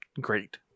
great